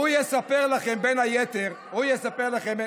הוא יספר לכם, בין היתר, הוא יספר לכם.